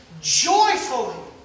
joyfully